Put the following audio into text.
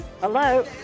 Hello